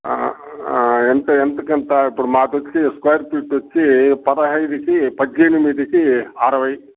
ఎంత ఎంతకు అంత ఇప్పుడు మాకు వచ్చి స్క్వేర్ ఫీట్ వచ్చి పదహైదు నుంచి పద్దెనిమిదికి అరవై